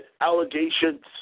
allegations